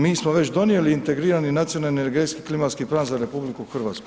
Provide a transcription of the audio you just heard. Mi smo već donijeli integrirani nacionalni energetski klimatski plan za RH.